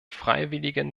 freiwilligen